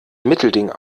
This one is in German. mittelding